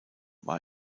war